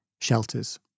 shelters